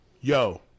Yo